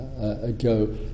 ago